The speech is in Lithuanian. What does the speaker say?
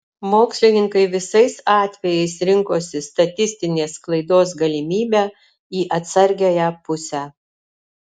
mokslininkai visais atvejais rinkosi statistinės klaidos galimybę į atsargiąją pusę